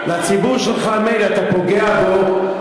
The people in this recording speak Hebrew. לציבור שלך מילא, אתה פוגע בו,